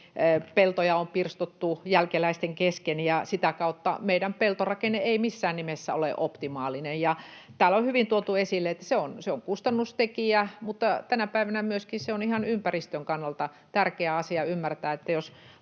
peltoja on pirstottu jälkeläisten kesken, ja sitä kautta meidän peltorakenne ei missään nimessä ole optimaalinen. Täällä on hyvin tuotu esille, että se on kustannustekijä, mutta tänä päivänä myöskin se on ihan ympäristön kannalta tärkeä asia ymmärtää, että jos